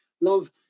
Love